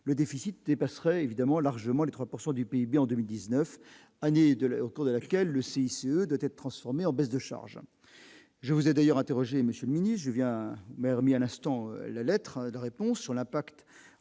le déficit dépasserait évidemment largement les 3 pourcent du du PIB en 2019 années de lait au cours de laquelle le CCE doit être transformé en baisse de charges je vous ai d'ailleurs interrogé Monsieur Mini-je viens maire mis à l'instant, la lettre de réponse sur l'impact